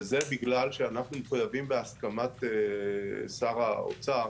וזה בגלל שאנחנו מחויבים בהסכמת שר האוצר